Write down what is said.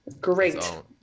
great